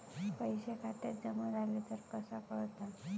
पैसे खात्यात जमा झाले तर कसा कळता?